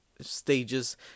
stages